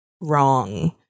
wrong